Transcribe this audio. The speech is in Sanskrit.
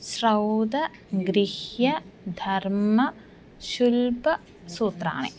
श्रौतं गृह्यं धर्मः शुल्कं सूत्राणि